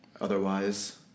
Otherwise